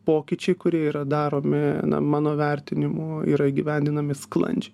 pokyčiai kurie yra daromi na mano vertinimu yra įgyvendinami sklandžiai